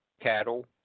Cattle